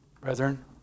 Brethren